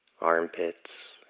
armpits